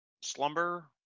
slumber